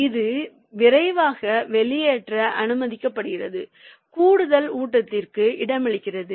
இது விரைவாக வெளியேற்ற அனுமதிக்கிறது கூடுதல் ஊட்டத்திற்கு இடமளிக்கிறது